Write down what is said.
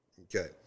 Okay